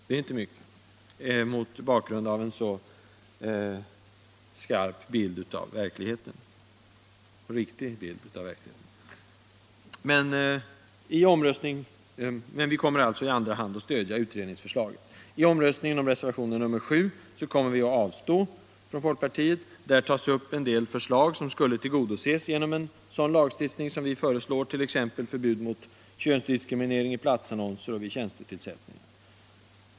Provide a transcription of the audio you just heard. Det är inte mycket mot bakgrund av en så skarp och riktig bild av verkligheten. I omröstningen om reservationen 7 kommer vi från folkpartiet av avstå. Där tas upp en del förslag, som skulle tillgodoses genom en sådan lagstiftning som vi föreslår, t.ex. förbud mot könsdiskriminering i platsannonser och vid tjänstetillsättningar.